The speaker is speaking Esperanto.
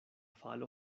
falo